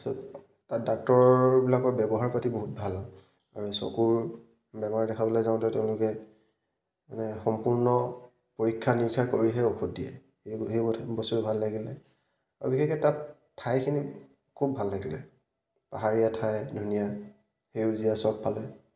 তাৰপিছত তাত ডাক্তৰৰবিলাকৰ ব্যৱহাৰ পাতি বহুত ভাল আৰু চকুৰ বেমাৰ দেখাবলৈ যাওঁতে তেওঁলোকে মানে সম্পূৰ্ণ পৰীক্ষা নিৰীক্ষা কৰিহে ঔষধ দিয়ে সেই সেই বস্তুবোৰ ভাল লাগিলে আৰু বিশেষকৈ তাত ঠাইখিনি খুব ভাল লাগিলে পাহাৰীয়া ঠাই ধুনীয়া সেউজীয়া সবফালে